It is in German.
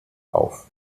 auf